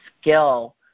skill